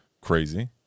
Crazy